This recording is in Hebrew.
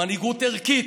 מנהיגות ערכית,